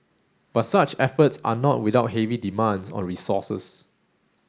but such efforts are not without heavy demands on resources